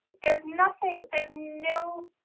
there is nothing there's no